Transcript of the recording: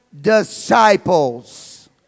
disciples